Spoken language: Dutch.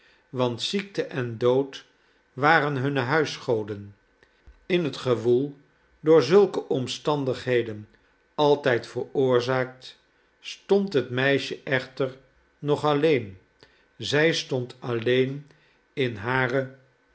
want ziekte en dood waren hunne huisgoden in het gewoel door zulke omstandigheden altijd veroorzaakt stond het meisje echter nog alleen zij stond alleen in hare